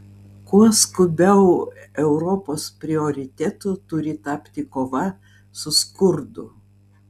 kuo skubiau europos prioritetu turi tapti kova su skurdu